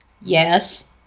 Yes